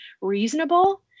reasonable